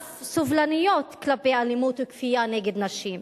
אף סובלניות כלפי אלימות וכפייה כלפי נשים.